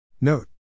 Note